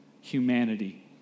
humanity